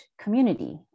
community